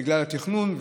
בגלל התכנון.